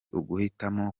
uguhitamo